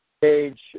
page